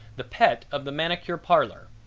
the pet of the manicure parlor.